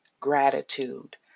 Gratitude